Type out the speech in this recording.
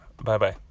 Bye-bye